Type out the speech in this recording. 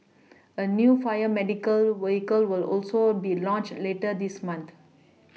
a new fire medical vehicle will also be launched later this month